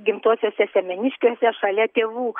gimtuosiuose semeniškiuose šalia tėvų